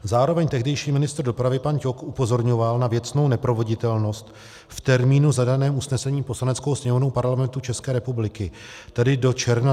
Zároveň tehdejší ministr dopravy pan Ťok upozorňoval na věcnou neproveditelnost v termínu zadaném v usnesení Poslaneckou sněmovou Parlamentu České republiky, tedy do června 2017.